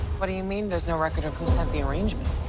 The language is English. what do you mean there's no records who sent the arrangement?